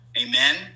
Amen